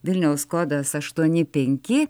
vilniaus kodas aštuoni penki